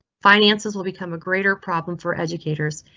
finances will become a greater problem for educators.